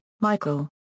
Michael